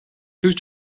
whose